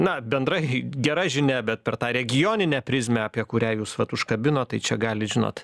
na bendrai gera žinia bet per tą regioninę prizmę apie kurią jūs vat užkabinot tai čia gali žinot